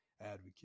advocate